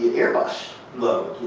airbus load.